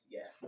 Yes